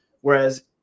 whereas